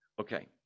okay